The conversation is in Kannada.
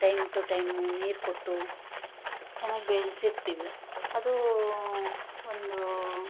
ಟೈಮ್ ಟು ಟೈಮು ನೀರು ಕೊಟ್ಟು ಚೆನ್ನಾಗ್ ಬೆಳೆಸಿರ್ತಿವಿ ಅದು ಒಂದು